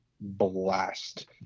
blast